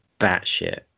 batshit